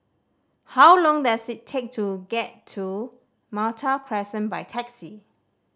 how long does it take to get to Malta Crescent by taxi